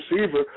receiver